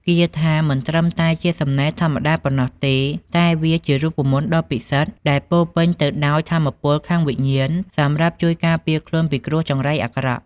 គាថាមិនត្រឹមតែជាសំណេរធម្មតាប៉ុណ្ណោះទេ តែវាជារូបមន្តដ៏ពិសិដ្ឋដែលពោរពេញទៅដោយថាមពលខាងវិញ្ញាណសម្រាប់ជួយការពារខ្លួនពីគ្រោះចង្រៃអាក្រក់។